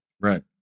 Right